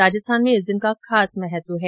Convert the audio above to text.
राजस्थान में इस दिन का खास महत्व है